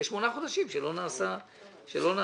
יש שמונה חודשים שלא נעשה כלום.